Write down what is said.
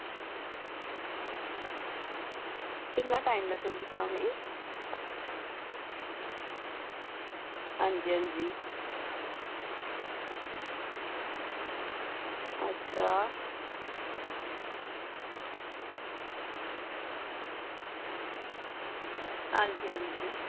किन्ना टाइम लग्गग तुसें गी औने ई हां जी हां जी अच्छा हां जी हां जी